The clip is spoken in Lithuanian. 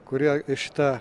kuri šitą